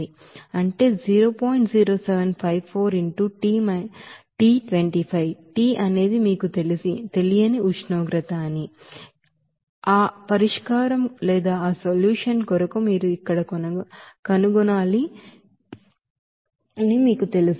0754 into T 25 T అనేది మీకు తెలియని ఉష్ణోగ్రత అని ఆ పరిష్కారం కొరకు మీరు అక్కడ కనుగొనాలని మీకు తెలుసు